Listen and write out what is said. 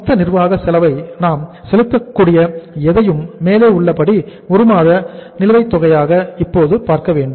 மொத்த நிர்வாக செலவை நாம் செலுத்தக்கூடிய எதையும் மேலே உள்ளபடி 1 மாத நிலுவைத் தொகையாக இப்போது பார்க்க வேண்டும்